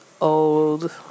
old